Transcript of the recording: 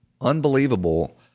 unbelievable